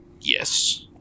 Yes